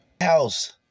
House